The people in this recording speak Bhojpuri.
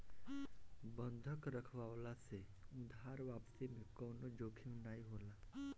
बंधक रखववला से उधार वापसी में कवनो जोखिम नाइ होला